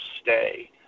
stay